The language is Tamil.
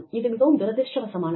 இது மிகவும் துரதிர்ஷ்டவசமானது